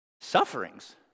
Sufferings